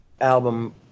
album